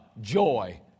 joy